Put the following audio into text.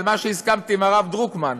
על מה שהסכמתי עם הרב דרוקמן,